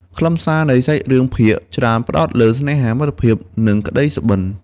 ខ្លឹមសារនៃសាច់រឿងភាគច្រើនផ្តោតលើ ស្នេហា មិត្តភាព និង ក្តីសុបិន។